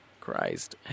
Christ